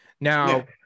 Now